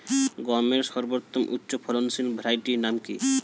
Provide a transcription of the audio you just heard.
গমের সর্বোত্তম উচ্চফলনশীল ভ্যারাইটি নাম কি?